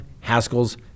Haskell's